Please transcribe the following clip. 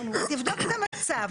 תבדוק את המצב.